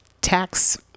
tax